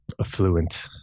affluent